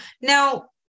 Now